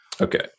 Okay